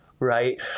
Right